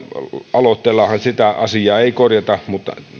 aloitteellahan sitä asiaa ei korjata mutta